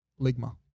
ligma